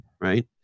right